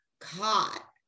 caught